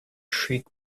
shriek